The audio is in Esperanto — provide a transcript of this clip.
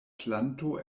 planto